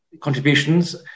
contributions